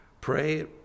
pray